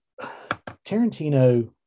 Tarantino